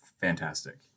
fantastic